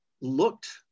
looked